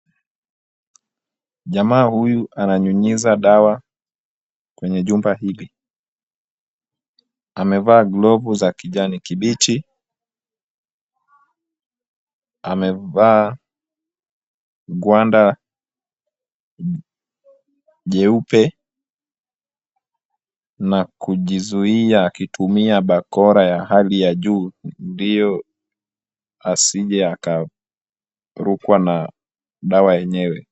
Jamaa huyu ananyunyiza dawa kwenye chumba hili amevaa glovu za kijani kibiji, amevaa kwanda jeupe na kujizuia akitumia bakora ya hali ya juu ndio asije akarukwa na dawa yenyewe